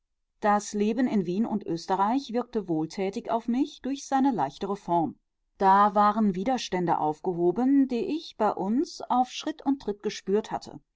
das leben in wien und österreich wirkte wohltätig auf mich durch seine leichtere form da waren widerstände aufgehoben die ich bei uns auf schritt und tritt gespürt hatte